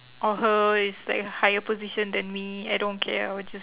or her is like higher position than me I don't care I will just